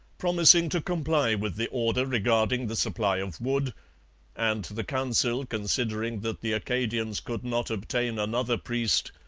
promising to comply with the order regarding the supply of wood and the council, considering that the acadians could not obtain another priest,